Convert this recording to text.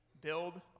build